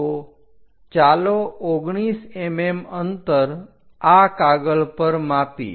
તો ચાલો 19 mm અંતર આ કાગળ પર માપીએ